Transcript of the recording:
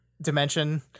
dimension